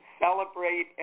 celebrate